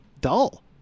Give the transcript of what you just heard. Dull